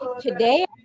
Today